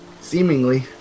seemingly